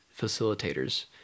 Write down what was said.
facilitators